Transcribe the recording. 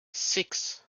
six